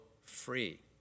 free